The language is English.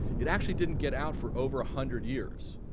it actually didn't get out for over a hundred years.